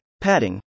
padding